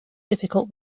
difficult